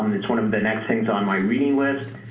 um it's one of the next things on my reading list.